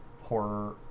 horror